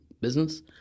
business